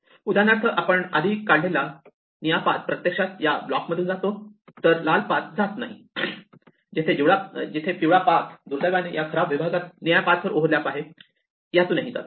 उदाहरणार्थ आपण आधी काढलेला निळा पाथ प्रत्यक्षात या ब्लॉक मधून जातो तर लाल पाथ जात नाही जेथे पिवळा पाथ दुर्दैवाने या खराब विभागात निळ्या पाथवर ओवरलॅप आहे यातूनही जातो